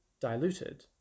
diluted